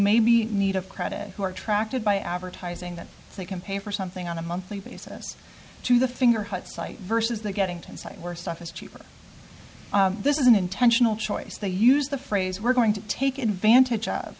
may be need of credit who are attracted by advertising that they can pay for something on a monthly basis to the fingerhut site versus they're getting to a site where stuff is cheaper this is an intentional choice they use the phrase we're going to take advantage of